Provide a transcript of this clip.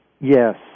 Yes